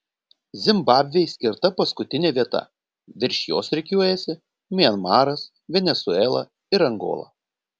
zimbabvei skirta paskutinė vieta virš jos rikiuojasi mianmaras venesuela ir angola